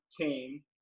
came